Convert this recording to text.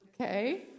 Okay